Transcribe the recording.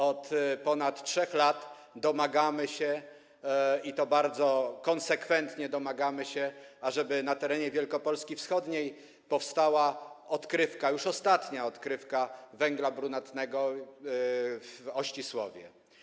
Od ponad 3 lat domagamy się, i to bardzo konsekwentnie domagamy się, ażeby na terenie Wielkopolski wschodniej powstała odkrywka, już ostatnia odkrywka węgla brunatnego, w Ościsłowie.